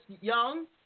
young